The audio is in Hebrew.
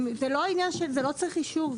זה לא צריך אישור.